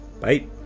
Bye